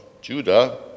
Judah